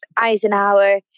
Eisenhower